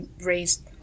raised